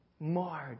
marred